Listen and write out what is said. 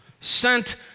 sent